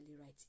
right